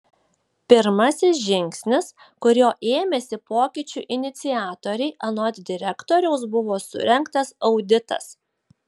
pirmasis žingsnis kurio ėmėsi pokyčių iniciatoriai anot direktoriaus buvo surengtas auditas